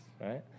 right